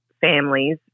families